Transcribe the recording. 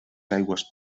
aigües